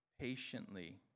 patiently